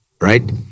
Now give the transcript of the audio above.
right